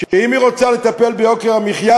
שאם היא רוצה לטפל ביוקר המחיה,